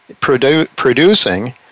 producing